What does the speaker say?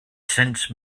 sensed